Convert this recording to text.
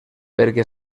perquè